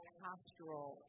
pastoral